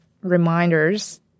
reminders